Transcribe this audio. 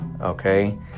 Okay